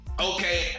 okay